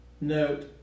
note